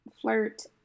flirt